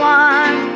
one